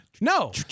No